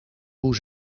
hoe